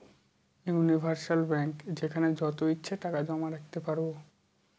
universal bank যেখানে যত ইচ্ছে টাকা জমা রাখতে পারবো